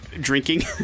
drinking